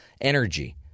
energy –